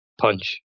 punch